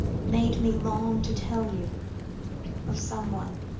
made me long to tell you of someone